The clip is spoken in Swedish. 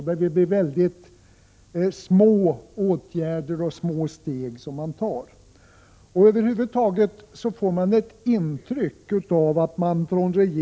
Det är väldigt små steg som tas. Över huvud taget får man ett intryck av att regeringen endera inte är — Prot.